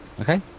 Okay